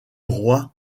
roi